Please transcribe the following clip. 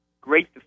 Great